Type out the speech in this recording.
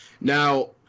Now